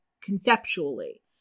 conceptually